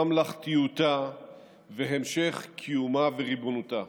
ממלכתיותה והמשך קיומה וריבונותה.